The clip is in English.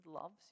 loves